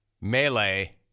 melee